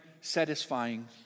satisfying